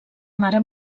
mare